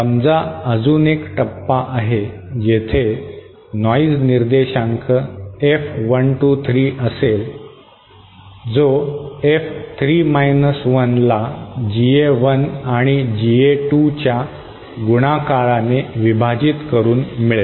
समजा अजून एक टप्पा आहे जेथे नॉइज निर्देशांक F123 असेल जो F3 1 ला GA1 आणि GA2 च्या गुणाकाराने विभाजित करून मिळेल